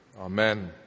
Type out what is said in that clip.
Amen